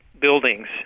buildings